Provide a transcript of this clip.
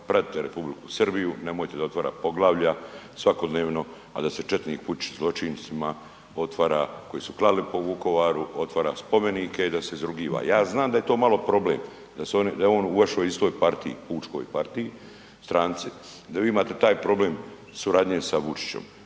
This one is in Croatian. pratite Republiku Srbiju, nemojte da otvara poglavlja svakodnevno, a da se četnik Vučić zločincima otvara koji su klali po Vukovaru, otvara spomenike i da se izrugiva. Ja znam da je to malo problem, da je on u vašoj istoj partiji, pučkoj partiji, stranci, da vi imate taj problem suradnje sa Vučićem,